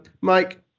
Mike